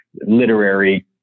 literary